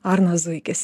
arnas zuikis